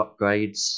upgrades